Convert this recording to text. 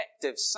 effective